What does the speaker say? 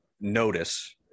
notice